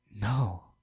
No